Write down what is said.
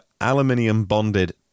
aluminium-bonded